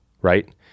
right